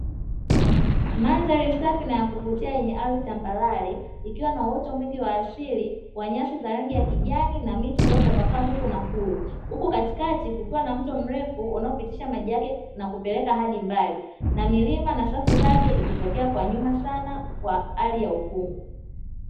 Mandhari safi na ya kuvutia yenye ardhi tambarare, ikiwa na uoto mwingi wa asili wa nyasi za rangi ya kijani na miti iliyotapakaa huku na kule, huku katikati kukiwa na mto mrefu unaopitisha maji yake na kupeleka hadi mbali, na milima na safu zake ikitokea kwa nyuma sana kwa hali ya ukungu.